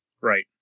Right